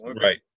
Right